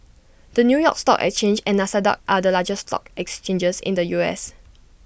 the new york stock exchange and Nasdaq are the largest stock exchanges in the U S